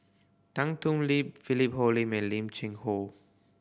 Tan Thoon Lip Philip Hoalim and Lim Cheng Hoe